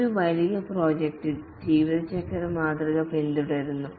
ഒരു വലിയ പ്രോജക്റ്റിൽ ജീവിതചക്ര മാതൃക പിന്തുടരുന്നു